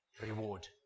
reward